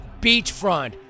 beachfront